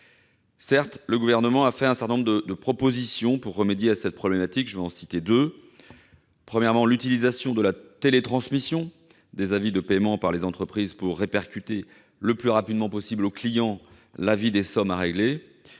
Certes, le Gouvernement a fait un certain nombre de propositions pour remédier à cette problématique : utilisation de la télétransmission des avis de paiement par les entreprises pour répercuter le plus rapidement possible aux clients l'avis des sommes à régler